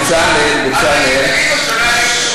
בצלאל, בצלאל, בצלאל.